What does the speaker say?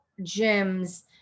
gyms